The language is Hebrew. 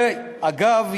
ואגב,